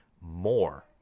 more